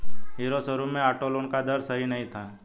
hero showroom में auto loan का दर सही नहीं था